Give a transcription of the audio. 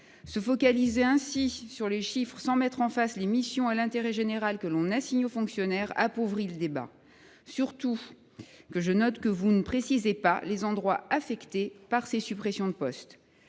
Se focaliser ainsi sur les chiffres sans mettre en face les missions d’intérêt général que l’on assigne aux fonctionnaires appauvrit le débat. Surtout, je note que vous ne précisez pas quels secteurs seront affectés par ces suppressions de postes.